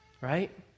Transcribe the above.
Right